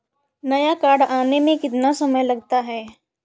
नया कार्ड आने में कितना समय लगता है?